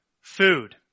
food